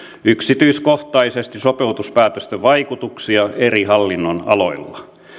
yksityiskohtaisesti sopeutuspäätösten vaikutuksia eri hallinnonaloilla